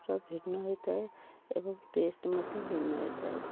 ପୁରା ଭିନ୍ନ ହୋଇଥାଏ ଏବଂ ଟେଷ୍ଟ ମଧ୍ୟ ଭିନ୍ନ ହୋଇଥାଏ